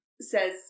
says